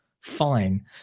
fine